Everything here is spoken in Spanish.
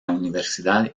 universidad